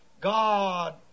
God